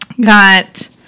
got